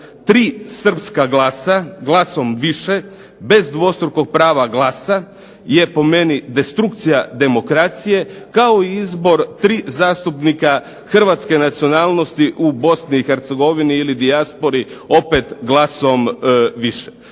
tri srpska glasa, glasom više bez dvostrukog prava glasa, je po meni destrukcija demokracije, kao i izbor tri zastupnika hrvatske nacionalnosti u Bosni i Hercegovini ili dijaspori opet glasom više.